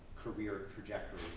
career trajectory,